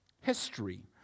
History